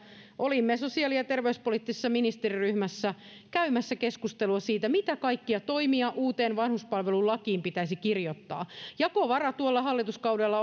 olimme sosiaali ja terveyspoliittisessa ministeriryhmässä käymässä keskustelua siitä mitä kaikkia toimia uuteen vanhuspalvelulakiin pitäisi kirjoittaa jakovara tuolla hallituskaudella